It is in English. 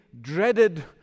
dreaded